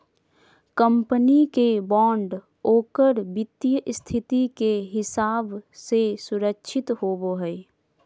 company के bond ओकर वित्तीय स्थिति के हिसाब से सुरक्षित होवो हइ